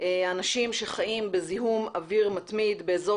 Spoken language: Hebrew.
האנשים שחיים בזיהום אוויר מתמיד באזור